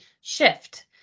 shift